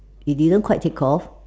it didn't quite take off